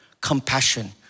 compassion